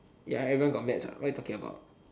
ya everyone got math what what are you talking about